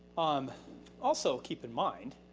um also keep in mind,